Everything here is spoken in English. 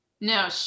No